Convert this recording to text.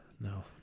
No